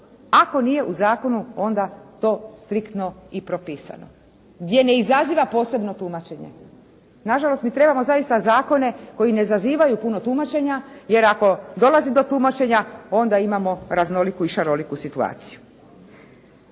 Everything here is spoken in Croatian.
ako nije u zakonu onda to striktno i propisano. Gdje ne izaziva posebno tumačenje. Na žalost mi trebamo zaista zakone koji ne izazivaju puno tumačenja, jer ako dolazi do tumačenja onda imamo raznoliku i šaroliku situaciju.